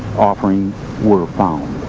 offerings were found.